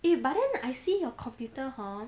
eh but then I see your computer hor